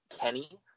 Kenny